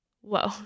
Whoa